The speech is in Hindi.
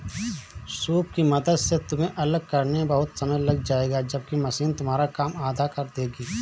सूप की मदद से तुम्हें अलग करने में बहुत समय लग जाएगा जबकि मशीन तुम्हारा काम आधा कर देगी